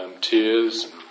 tears